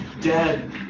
dead